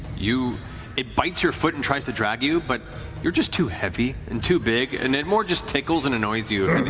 it bites your foot and tries to drag you, but you're just too heavy and too big and it more just tickles and annoys you.